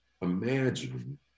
imagine